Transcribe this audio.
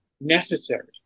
necessary